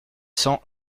cents